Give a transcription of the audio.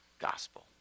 gospel